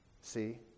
See